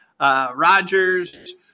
Rodgers